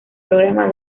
programa